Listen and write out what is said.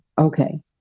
Okay